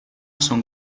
son